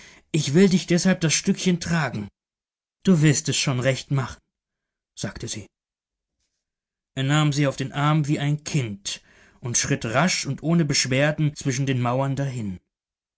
ich will dich deshalb das stückchen tragen du wirst es schon recht machen sagte sie er nahm sie auf den arm wie ein kind und schritt rasch und ohne beschwerden zwischen den mauern dahin